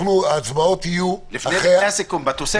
לפני הסיכום, בתוספת הראשונה.